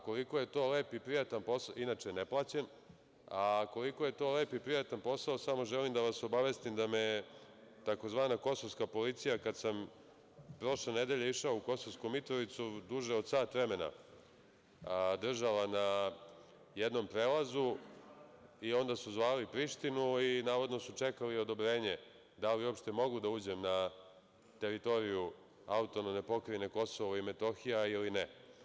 Koliko je to lep i prijatan posao, inače ne plaćen, samo želim da vas obavestim da me je tzv. kosovska policija, kada sam prošle nedelje išao u Kosovsku Mitrovicu, duže od sat vremena držala na jednom prelazu i onda su zvali Prištinu i navodno su čekali odobrenje da li uopšte mogu da uđem na teritoriju AP Kosovo i Metohija ili ne.